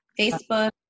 facebook